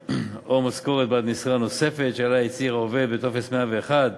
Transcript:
או משכורת בעד משרה נוספת שעליה הצהיר העובד בטופס 0101,